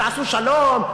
תעשו שלום,